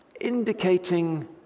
indicating